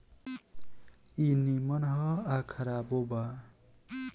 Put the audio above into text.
ई निमन ह आ खराबो बा